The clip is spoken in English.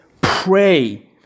Pray